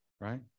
right